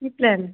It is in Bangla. কী প্ল্যান